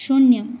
शून्यम्